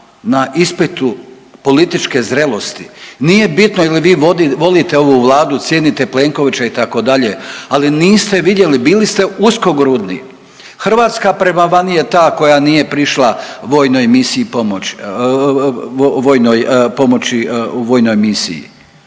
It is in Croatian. na ispitu političke zrelosti. Nije bitno je li vi volite ovu Vladu, cijenite Plenkovića itd., ali niste vidjeli, bili ste uskogrudni. Hrvatska prema vani je ta koja nije prišla vojnoj misiji